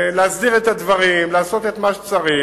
להסדיר את הדברים, לעשות את מה שצריך.